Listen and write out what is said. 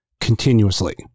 continuously